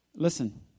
Listen